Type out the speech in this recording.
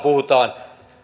puhutaan